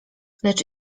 lecz